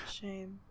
Shame